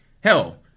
hell